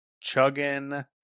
chugging